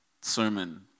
sermon